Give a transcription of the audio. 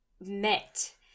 met